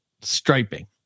striping